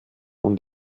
und